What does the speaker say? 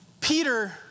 Peter